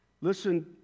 Listen